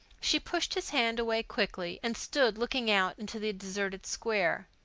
she pushed his hand away quickly and stood looking out into the deserted square.